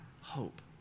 hope